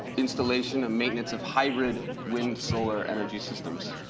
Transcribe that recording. installation and maintenance of hybrid wind solar energy systems.